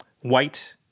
white